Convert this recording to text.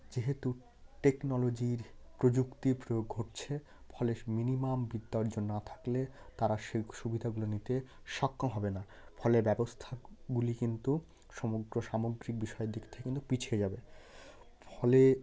যেহেতু টেকনোলজির প্রযুক্তির প্রয়োগ ঘটছে ফলে মিনিমাম বিদ্যা অর্জন না থাকলে তারা সে সুবিধাগুলো নিতে সক্ষম হবে না ফলে ব্যবস্থাগুলি কিন্তু সমগ্র সামগ্রিক বিষয়ের দিক থেকে কিন্তু পিছিয়ে যাবে ফলে